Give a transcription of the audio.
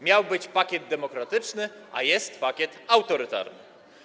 Miał być pakiet demokratyczny, a jest pakiet autorytarny.